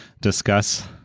discuss